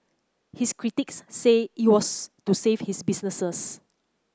his critics say it was to save his businesses